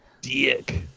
dick